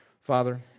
Father